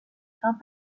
fins